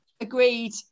Agreed